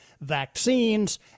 vaccines